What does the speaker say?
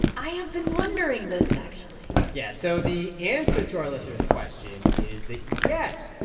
i have been wondering this, actually yeah. so the answer to our listener's question is that, yes,